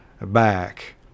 back